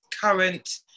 current